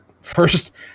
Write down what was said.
first